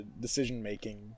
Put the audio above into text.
decision-making